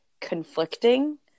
conflicting